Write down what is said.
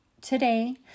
today